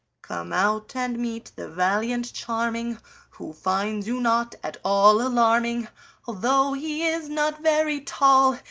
come out and meet the valiant charming who finds you not at all alarming although he is not very tall,